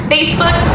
Facebook